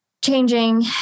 changing